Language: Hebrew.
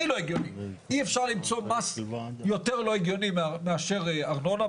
אי אפשר למצוא מס יותר לא הגיוני מאשר הארנונה,